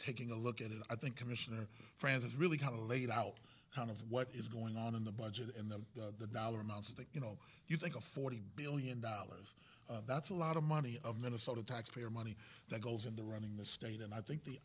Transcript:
taking a look at it i think commissioner francis really kind of laid out kind of what is going on in the budget and then the dollar amounts to you know you think a forty billion dollars that's a lot of money of minnesota taxpayer money that goes into running the state and i think the